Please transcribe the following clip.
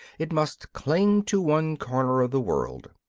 it must cling to one corner of the world.